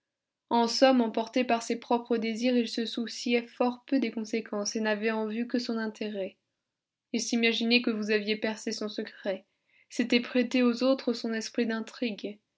en somme emporté par ses propres désirs il se souciait fort peu des conséquences et n'avait en vue que son intérêt il s'imaginait que vous aviez percé son secret c'était prêter aux autres son esprit d'intrigue